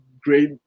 great